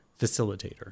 facilitator